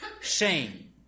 shame